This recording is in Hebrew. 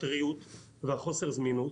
אשאיר עכשיו לילדים שלי ירושה שהיא בעצם דמי קבורה?